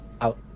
out